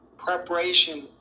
Preparation